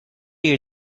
you